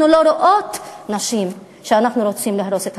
אנחנו לא רואות נשים כשאנחנו רוצים להרוס את